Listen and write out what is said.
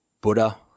Buddha